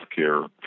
healthcare